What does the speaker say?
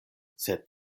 sed